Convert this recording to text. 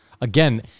Again